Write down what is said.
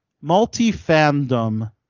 multi-fandom